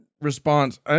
response